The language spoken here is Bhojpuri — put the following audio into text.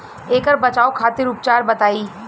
ऐकर बचाव खातिर उपचार बताई?